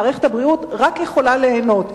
מערכת הבריאות רק יכולה ליהנות.